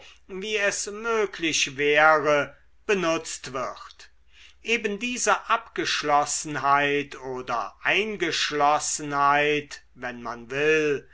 wie es möglich wäre benutzt wird eben diese abgeschlossenheit oder eingeschlossenheit wenn man will